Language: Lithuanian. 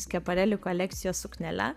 skiapareli kolekcijos suknele